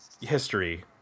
history